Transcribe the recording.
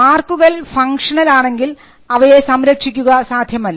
മാർക്കുകൾ ഫംഗ്ഷണൽ ആണെങ്കിൽ അവയെ സംരക്ഷിക്കുക സാധ്യമല്ല